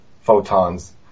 photons